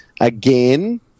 Again